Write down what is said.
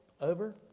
over